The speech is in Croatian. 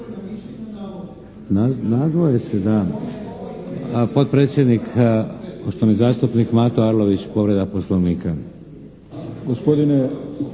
ne čuje./ … Potpredsjednik, poštovani zastupnik Mato Arlović, povreda Poslovnika.